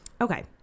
okay